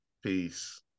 Peace